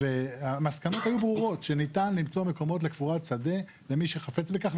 והמסקנות היו ברורות שניתן למצוא מקומות לקבורת שדה למי שחפץ בכך,